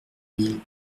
mille